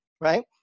right